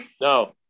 No